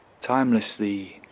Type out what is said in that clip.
Timelessly